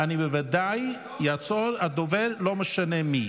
הוא כינה חברת כנסת,